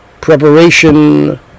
preparation